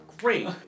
great